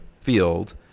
field